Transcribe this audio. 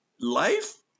Life